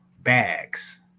bags